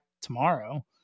tomorrow